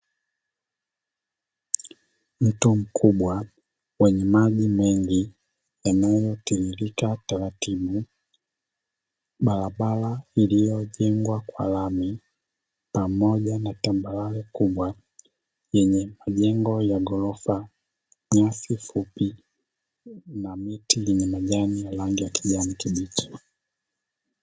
Mto mkubwa wenye maji mengi yanayotiririka taratibu, barabara iliyojengwa kwa lami pamoja na tambarare kubwa yenye majengo ya ghorofa, nyasi fupi na miti yenye majani ya rangi ya kijani kibichi.